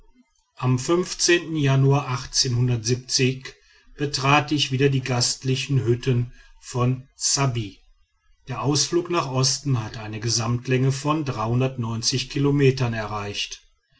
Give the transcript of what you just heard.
am januar betrat ich wieder die gastlichen hütten von ssabbi der ausflug nach osten hatte eine gesamtlänge von kilometern erreicht